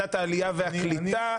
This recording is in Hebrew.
ועדת העלייה והקליטה,